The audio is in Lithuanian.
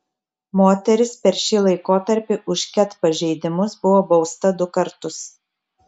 moteris per šį laikotarpį už ket pažeidimus buvo bausta du kartus